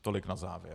Tolik na závěr.